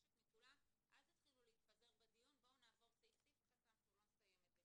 אל תתחילו להתפזר בדיון כי אחרת לא נסיים את זה.